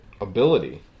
ability